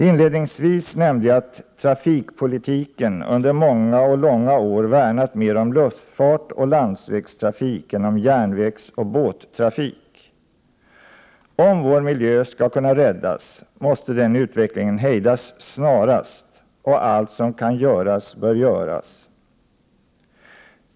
Inledningsvis nämnde jag att trafikpolitiken under många och långa år värnat mer om luftfart och landsvägstrafik än om järnvägsoch båttrafik. Om vår miljö skall kunna räddas måste denna utveckling hejdas snarast, och allt som kan göras bör göras.